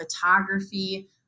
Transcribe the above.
photography